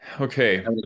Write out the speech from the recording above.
okay